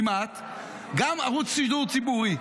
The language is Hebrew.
גם ערוץ שידור ציבורי.